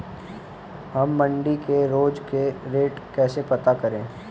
हम मंडी के रोज के रेट कैसे पता करें?